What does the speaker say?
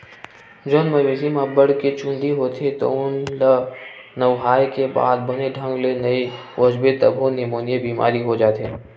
जउन मवेशी म अब्बड़ के चूंदी होथे तउन ल नहुवाए के बाद बने ढंग ले नइ पोछबे तभो निमोनिया बेमारी हो जाथे